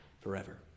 forever